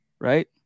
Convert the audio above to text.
right